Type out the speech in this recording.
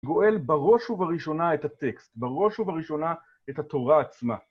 גואל בראש ובראשונה את הטקסט, בראש ובראשונה את התורה עצמה.